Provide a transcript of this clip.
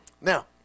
Now